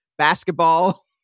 Basketball